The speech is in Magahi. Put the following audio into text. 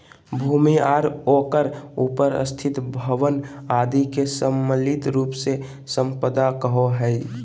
भूमि आर ओकर उपर स्थित भवन आदि के सम्मिलित रूप से सम्पदा कहो हइ